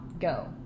go